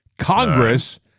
Congress